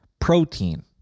Protein